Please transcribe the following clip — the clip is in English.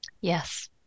Yes